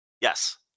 Yes